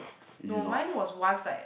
no mine was once like that